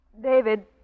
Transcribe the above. David